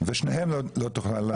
ושתיהן לא תוכלנה לעבוד.